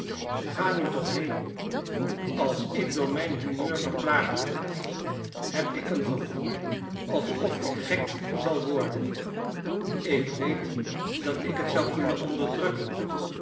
ga nu toch heenl als ik door mijn humeur geplaagd word heb ik een gevoei als of ik gek zal worden ik weet dat ik bet zou kunnen onderdrukken